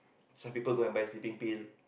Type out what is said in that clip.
some people go and buy sleeping pill